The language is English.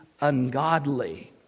ungodly